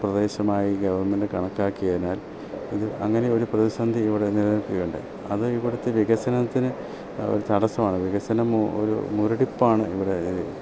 പ്രദേശമായി ഗെവൺമെൻ്റ് കണക്കാക്കിയതിനാൽ അങ്ങനെ ഒരു പ്രതിസന്ധി ഇവിടെ നിലനിൽക്കുക ഉണ്ടായി അത് ഇവിടുത്തെ വികസനത്തിന് ഒരു തടസ്സമായി വികസനം ഒരു മുരടിപ്പാണ് ഇവിടെ